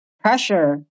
pressure